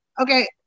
Okay